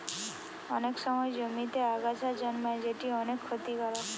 অনেক সময় জমিতে আগাছা জন্মায় যেটি অনেক ক্ষতিকারক